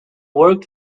worked